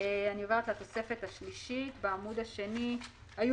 אני עוברת לתוספת השלישית בעמוד השני היו